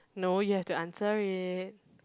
no you have to answer it